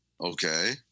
Okay